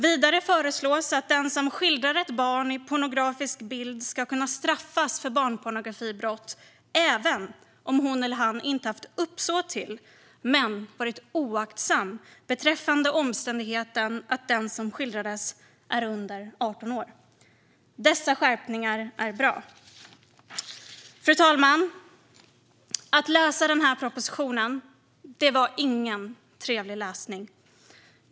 Vidare föreslås att den som skildrar ett barn i pornografisk bild ska kunna straffas för barnpornografibrott även om hon eller han inte haft uppsåt men varit oaktsam beträffande omständigheten att den som skildrades är under 18 år. Dessa skärpningar är bra. Fru talman! Att läsa propositionen var ingen trevlig läsning.